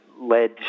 led